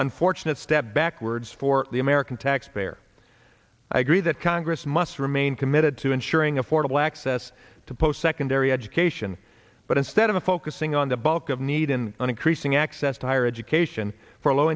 unfortunate step backwards for the american taxpayer i agree that congress must remain committed to ensuring affordable access to post secondary education but instead of focusing on the bulk of need in an increasing access to higher education for low